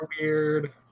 weird